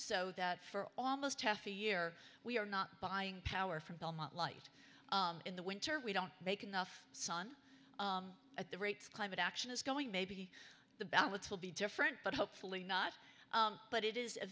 so that for almost half a year we are not buying power from belmont light in the winter we don't make enough sun at the rates climate action is going maybe the ballots will be different but hopefully not but it is a